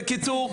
בקיצור,